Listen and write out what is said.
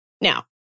Now